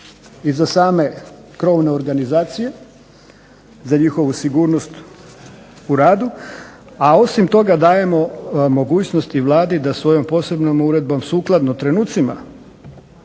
i za same krovne organizacije, za njihovu sigurnost u radu. A osim toga dajemo mogućnosti Vladi da svojom posebnom uredbom sukladno trenucima,